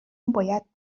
باید